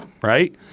right